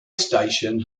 station